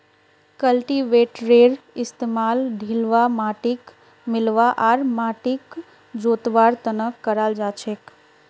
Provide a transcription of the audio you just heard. कल्टीवेटरेर इस्तमाल ढिलवा माटिक मिलव्वा आर माटिक जोतवार त न कराल जा छेक